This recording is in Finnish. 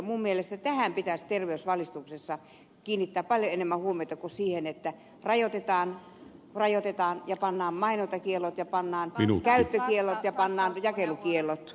minun mielestäni tähän pitäisi terveysvalistuksessa kiinnittää paljon enemmän huomiota kuin siihen että rajoitetaan ja pannaan mainontakiellot ja pannaan käyttökiellot ja pannaan jakelukiellot